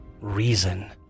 reason